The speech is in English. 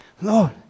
Lord